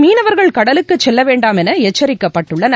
மீனவர்கள் கடலுக்கு செல்ல வேண்டாம் என எச்சரிக்கப்பட்டுள்ளனர்